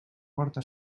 porta